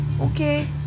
Okay